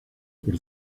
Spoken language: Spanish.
por